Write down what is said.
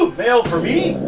ah mail for me?